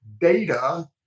data